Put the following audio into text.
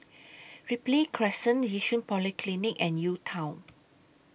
Ripley Crescent Yishun Polyclinic and U Town